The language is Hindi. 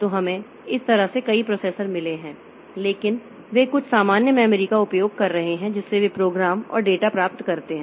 तो हमें इस तरह के कई प्रोसेसर मिले हैं लेकिन वे कुछ सामान्य मेमोरी का उपयोग कर रहे हैं जिससे वे प्रोग्राम और डेटा प्राप्त करते हैं